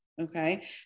Okay